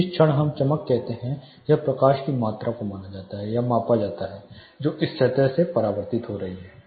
तो जिस क्षण हम चमक कहते हैं यह प्रकाश की मात्रा को माना जाता है या मापा जाता है जो एक सतह से परावर्तित होता है